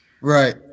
Right